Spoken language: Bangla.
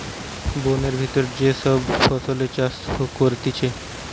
বোনের ভিতর যে সব ফসলের চাষ করতিছে